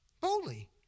boldly